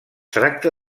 tracta